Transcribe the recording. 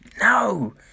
no